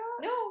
No